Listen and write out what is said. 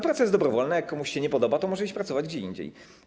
Praca jest dobrowolna, jak komuś się nie podoba, to może iść pracować gdzie indziej.